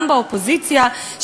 גם באופוזיציה,